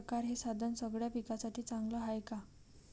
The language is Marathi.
परकारं हे साधन सगळ्या पिकासाठी चांगलं हाये का?